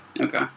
Okay